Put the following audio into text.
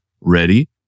ready